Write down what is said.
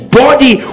body